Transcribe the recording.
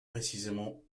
précisément